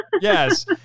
Yes